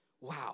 wow